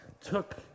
took